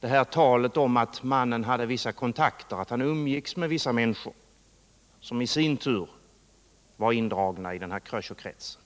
från talet om att den här mannen umgicks med vissa människor som i sin tur var indragna i Kröcherkretsen.